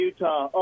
Utah